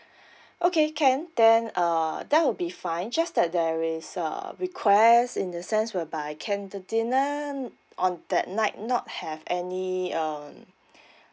okay can then uh that will be fine just that there is a request in the sense where by can the dinner on that night not have any um